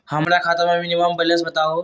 हमरा खाता में मिनिमम बैलेंस बताहु?